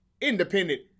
independent